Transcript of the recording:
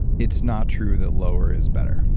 it's not true that lower is better.